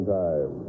time